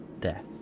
death